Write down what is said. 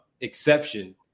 exception